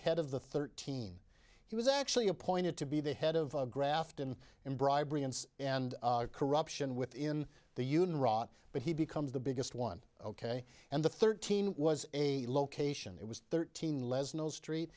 head of the thirteen he was actually appointed to be the head of grafton and bribery and and corruption within the union rights but he becomes the biggest one ok and the thirteen was a location it was thirteen legs no street